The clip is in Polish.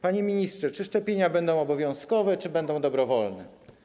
Panie ministrze, czy szczepienia będą obowiązkowe czy będą dobrowolne?